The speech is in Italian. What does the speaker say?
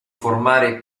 formare